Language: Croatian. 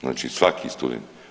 Znači svaki student.